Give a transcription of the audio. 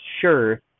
sure